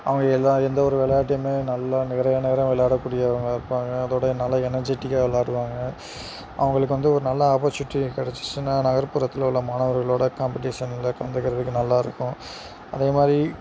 அவங்க எல்லா எந்த ஒரு விளையாட்டையுமே நல்லா நிறைய நேரம் விளையாடக்கூடியவங்களாக இருப்பாங்கள் அதோட நல்ல எனெர்ஜிடிக்காக விளையாடுவாங்க அவங்களுக்கு வந்து ஒரு நல்ல ஆப்பர்ச்சுனிட்டி கிடைச்சுச்சுன்னா நகர்ப்புறத்தில் உள்ள மாணவர்களோட காம்பிடிஷன்ல கலந்துக்கிறதுக்கு நல்லாருக்கும் அதேமாதிரி